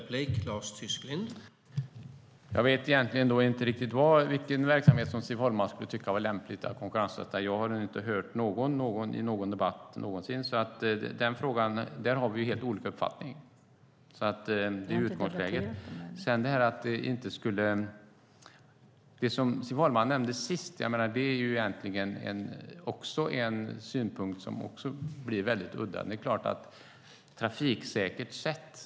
Herr talman! Jag vet egentligen inte vilken verksamhet som Siv Holma skulle tycka vore lämplig att konkurrensutsätta. Jag har inte hört om någon i någon debatt någonsin. I den frågan har vi helt olika uppfattningar. Det är utgångsläget. Sedan var det detta som Siv Holma nämnde sist. Det är egentligen också en synpunkt som blir väldigt udda. Det är klart att det ska vara ett trafiksäkert sätt.